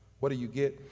what do you get?